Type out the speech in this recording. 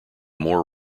more